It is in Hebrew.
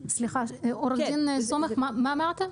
סליחה, עו"ד סומך, מה אמרת?